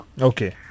Okay